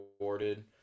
awarded